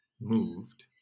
moved